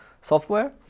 software